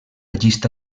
llista